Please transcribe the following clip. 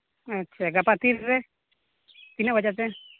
ᱟᱪᱪᱷᱟ ᱜᱟᱯᱟ ᱛᱤᱨᱮ ᱛᱤᱱᱟᱹᱜ ᱵᱟᱡᱟᱜ ᱛᱮ